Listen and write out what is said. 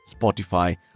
Spotify